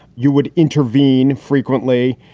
you would intervene frequently.